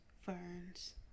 Fern's